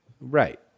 Right